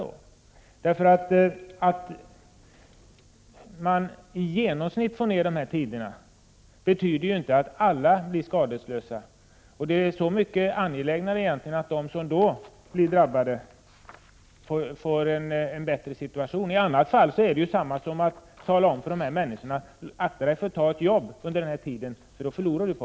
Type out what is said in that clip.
Det förhållandet att man i genomsnitt nedbringat väntetiderna betyder ju inte att alla blir skadeslösa. Det är så mycket mer angeläget att just de som drabbas får en bättre situation. I annat fall är det som att säga till dessa människor: Akta dig för att ta ett jobb under tiden, för det förlorar du på!